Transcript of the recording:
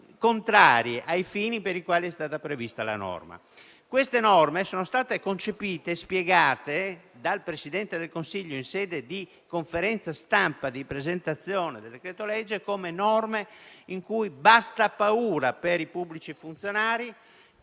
contrari ai fini per i quali è stata prevista dalla norma. Queste norme sono state concepite e spiegate dal Presidente del Consiglio, in sede di conferenza stampa di presentazione del decreto-legge, come norme in cui si dice basta alla paura per i pubblici funzionari.